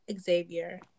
Xavier